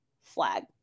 flag